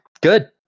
good